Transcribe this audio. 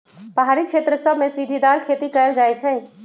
पहारी क्षेत्र सभमें सीढ़ीदार खेती कएल जाइ छइ